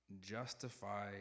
justify